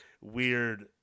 weird